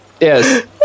Yes